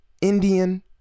indian